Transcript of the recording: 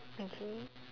okay